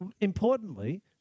importantly